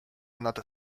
nad